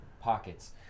pockets